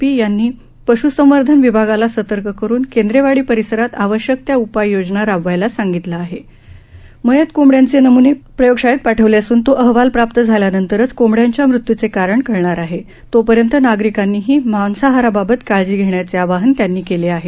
P यांनी पश्संवर्धन विभागाला सतर्क करून केंद्रेवाडी परिसरात आवश्यक त्या उपाययोजना राबवायला सांगितले आहे मयत कोंबड्याचे नमुने प्रयोगशाळेत पाठवले असून तो अहवाल प्राप्त झाल्यानंतरच कोंबड्याच्या मृत्यूचे कारण कळणार आहे तोपर्यंत नागरिकांनीही मांसाहराबाबत काळजी घेण्याचे आवाहन त्यांनी केलं आहे